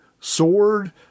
Sword